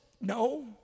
no